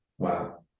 Wow